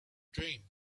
dream